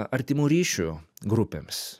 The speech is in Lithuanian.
artimų ryšių grupėms